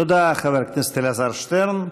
תודה, חבר הכנסת אלעזר שטרן.